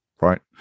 right